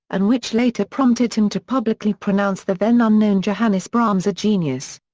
and which later prompted him to publicly pronounce the then-unknown johannes brahms a genius.